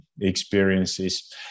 experiences